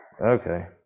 Okay